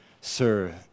Sir